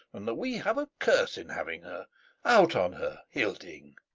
and that we have a curse in having her out on her, hilding!